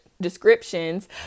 descriptions